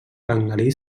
bengalí